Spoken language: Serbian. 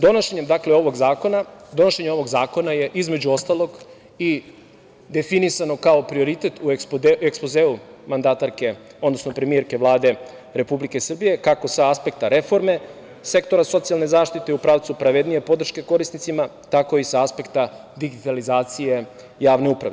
Donošenjem ovog zakona je između ostalog i definisano kao prioritet u Ekspozeu mandatarke, odnosno premijerke Vlade Republike Srbije, kako sa aspekta reforme, sektora socijalne zaštite u pravcu pravednije podrške korisnicima, tako i sa aspekta digitalizacije javne uprave.